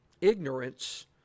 ignorance